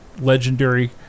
legendary